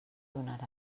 donara